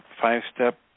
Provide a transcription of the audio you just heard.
five-step